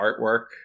artwork